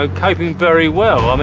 ah coping very well. i mean